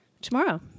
Tomorrow